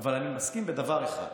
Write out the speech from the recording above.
אבל אני מסכים בדבר אחד: